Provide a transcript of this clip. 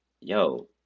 yo